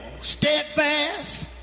steadfast